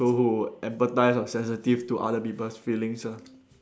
so empathise or sensitive to other people's feelings ah